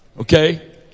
Okay